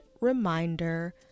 reminder